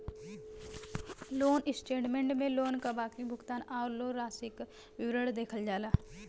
loan statement में loan क बाकी भुगतान आउर लोन राशि क विवरण देखल जाला